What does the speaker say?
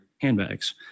handbags